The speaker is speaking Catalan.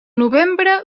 novembre